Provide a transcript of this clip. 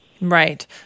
Right